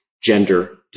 gender